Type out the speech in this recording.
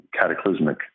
cataclysmic